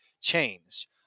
change